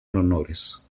honores